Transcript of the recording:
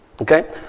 Okay